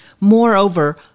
Moreover